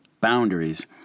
boundaries